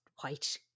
white